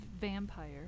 vampire